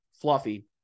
fluffy